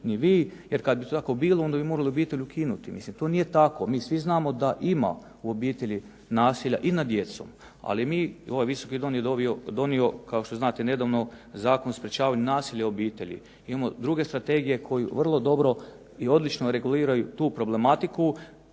jer kad bi tako bilo onda bi morali obitelj ukinuti. Mislim to nije tako. Mi svi znamo da ima u obitelji nasilja i nad djecom, ali mi, ovaj Visoki dom je donio kao što znate nedavno Zakon o sprečavanju nasilja u obitelji. Imamo druge strategije koje vrlo dobro i odlično reguliraju tu problematiku,